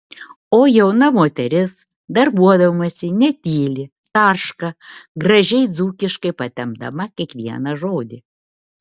o jauna moteris darbuodamasi netyli tarška gražiai dzūkiškai patempdama kiekvieną žodį